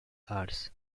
hours